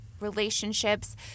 relationships